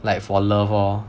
like for love or